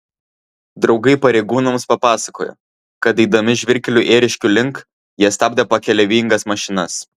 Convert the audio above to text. draugai pareigūnams papasakojo kad eidami žvyrkeliu ėriškių link jie stabdė pakeleivingas mašinas